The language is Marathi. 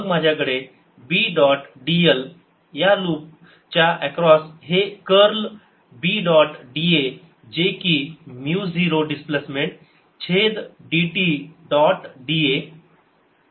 मग माझ्याकडे b डॉट dl या लूप च्या अक्रॉस हे कर्ल b डॉट da जे की म्यू 0 डिस्प्लेसमेंट छेद d t डॉट da